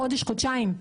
חודש-חודשיים.